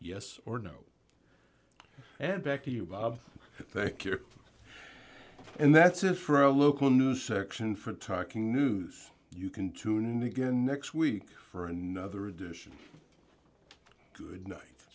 yes or no and back to you bob thank you and that's it for our local news section for talking news you can tune in again next week for another edition good night